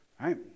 right